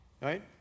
right